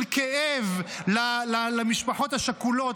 של כאב למשפחות השכולות,